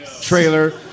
trailer